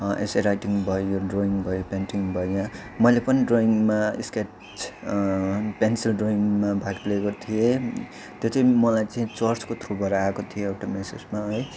एस्से writing भयो यो drawing भयो पेन्टिङ भयो मैले पनि ड्रोइङमा स्केच पेन्सिल ड्रोइङमा भाग लिएको थिएँ त्यो चाहिँ मलाई चाहिँ चर्चको थ्रुबाट आएको थियो एउटा मेसेजमा है